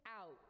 out